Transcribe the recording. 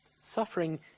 Suffering